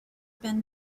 been